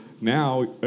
now